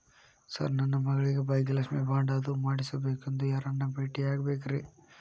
Sir ನನ್ನ ಮಗಳಿಗೆ Bhagyalakshmi bond ಅದು ಮಾಡಿಸಬೇಕೆಂದು ಯಾರನ್ನ ಭೇಟಿಯಾಗಬೇಕ್ರಿ?